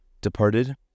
departed